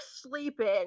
sleeping